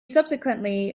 subsequently